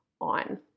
on